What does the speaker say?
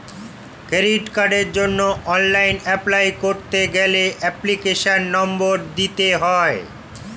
credit কার্ডের জন্য online apply করতে গেলে এপ্লিকেশনের নম্বর দিতে হয়